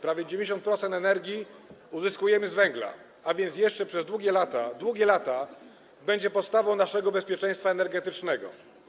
Prawie 90% energii uzyskujemy z węgla, a więc jeszcze przez długie lata będzie podstawą naszego bezpieczeństwa energetycznego.